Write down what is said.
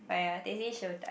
!aiya! Teh C Siew-Dai